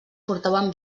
portaven